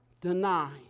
deny